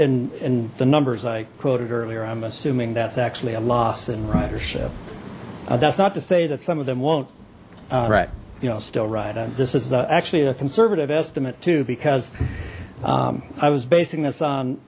and the numbers i quoted earlier i'm assuming that's actually a loss in ridership that's not to say that some of them won't all right you know still ride on this is actually a conservative estimate to because i was basing this on